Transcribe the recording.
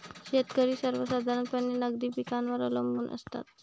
शेतकरी सर्वसाधारणपणे नगदी पिकांवर अवलंबून असतात